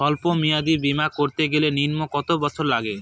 সল্প মেয়াদী বীমা করতে গেলে নিম্ন কত বছর লাগে?